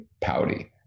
pouty